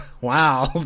Wow